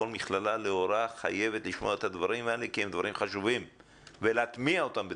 כל מכללה להוראה חייבת לכלול את הדברים האלה כי הם חשובים ולהטמיע אותם.